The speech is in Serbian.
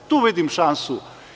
Tu vidim šansu.